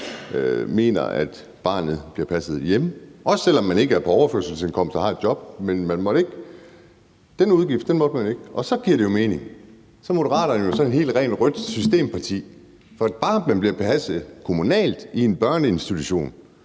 staten, hvis barnet bliver passet hjemme – det gælder også, selv om man ikke er på overførselsindkomst og man har et job; den udgift må der ikke være. Så giver det jo mening. Så er Moderaterne jo sådan et helt rent rødt systemparti, for hvis barnet blev passet kommunalt i en børneinstitution,